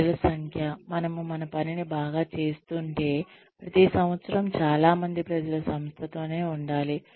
ప్రజల సంఖ్య మనము మన పనిని బాగా చేస్తుంటే ప్రతి సంవత్సరం చాలా మంది ప్రజలు సంస్థతోనే ఉండాలి